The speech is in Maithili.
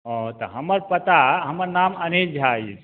ओ तऽ हमर पता हमर नाम अनिल झा अछि